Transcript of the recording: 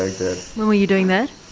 ah when were you doing that?